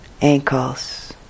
ankles